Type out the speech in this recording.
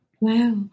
Wow